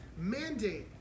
mandate